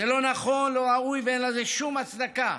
זה לא נכון, לא ראוי ואין שום הצדקה